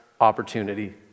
opportunity